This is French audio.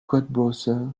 codebrowser